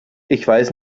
weiß